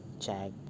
check